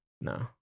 no